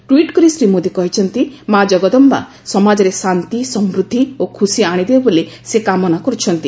tweet କରି ଶ୍ରୀ ମୋଦି କହିଛନ୍ତି ମା' ଜଗଦମ୍ବା ସମାଜରେ ଶାନ୍ତି ସମୃଦ୍ଧି ଓ ଖୁସି ଆଣିଦେବେ ବୋଲି ସେ କାମନା କରୁଛନ୍ତି